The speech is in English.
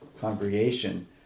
congregation